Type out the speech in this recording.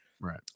Right